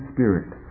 Spirit